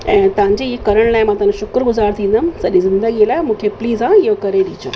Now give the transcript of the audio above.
ऐं तव्हांजी ई करण लाइ मां तव्हांजो शुक्रगुज़ार थींदमि सॼी ज़िंदगी लाइ मूंखे प्लीज़ आहे इहो करे ॾिजो